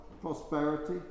prosperity